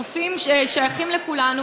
החופים שייכים לכולנו,